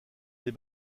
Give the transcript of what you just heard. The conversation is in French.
des